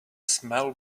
smell